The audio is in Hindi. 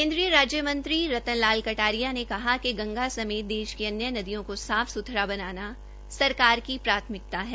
केंद्रीय राज्यमंत्री रतन लाल कटारिया ने कहा की गंगा समेत देश के अन्य नदियों को साफ सुथरा बनाना सरकार की प्राथमिकता है